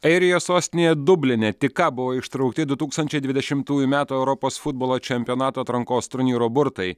airijos sostinėje dubline tik ką buvo ištraukti du tūkstančiai dvidešimtųjų metų europos futbolo čempionato atrankos turnyro burtai